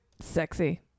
Sexy